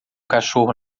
cachorro